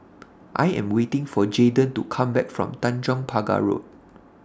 I Am waiting For Jaeden to Come Back from Tanjong Pagar Road